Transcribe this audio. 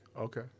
Okay